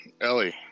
Ellie